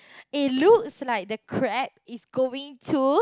it looks like the crab is going to